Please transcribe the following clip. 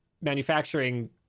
manufacturing